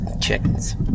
chickens